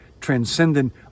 transcendent